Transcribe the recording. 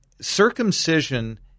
circumcision